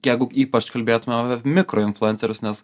jeigu ypač kalbėtumėm apie mikro influencerius nes